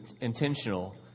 intentional